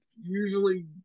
usually